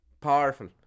powerful